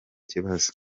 kibazo